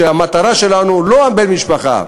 המטרה שלנו היא לא בן-המשפחה,